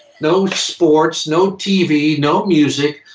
no sports, no tv, no music.